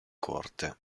corte